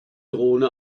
drohne